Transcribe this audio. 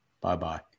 Bye-bye